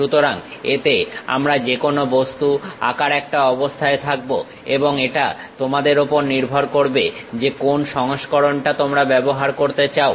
সুতরাং এতে আমরা যে কোন বস্তু আঁকার একটা অবস্থায় থাকবো এবং এটা তোমাদের ওপর নির্ভর করবে যে কোন সংস্করণটা তোমরা ব্যবহার করতে চাও